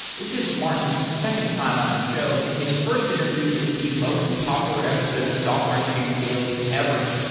this is martin's second time on the show and his first interview is the most popular episode of software engineering daily ever.